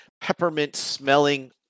peppermint-smelling